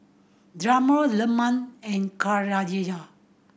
Zamrud Leman and Khadija